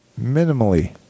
minimally